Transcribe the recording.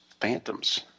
phantoms